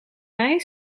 mij